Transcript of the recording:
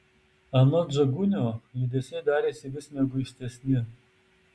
anot žagunio judesiai darėsi vis mieguistesni